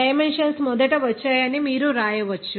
dimensions మొదట వచ్చాయని మీరు వ్రాయవచ్చు